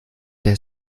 der